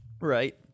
Right